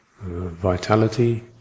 vitality